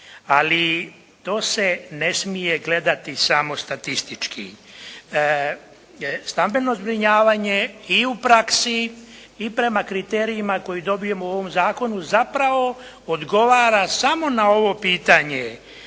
ali to se ne smije gledati samo statistički. Stambeno zbrinjavanje i u praksi i prema kriterijima koje dobijemo u ovom zakonu, zapravo odgovara samo na ovo pitanje